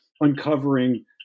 uncovering